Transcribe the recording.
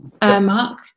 mark